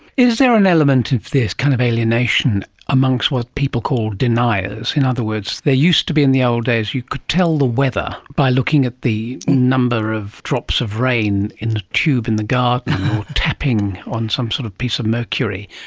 is there an element of this kind of alienation amongst what people call deniers? in other words, there used to be in the old days you could tell the weather by looking at the number of drops of rain in the tube in the garden or tapping on some sort of piece of mercury.